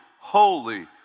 holy